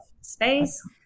space